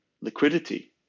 liquidity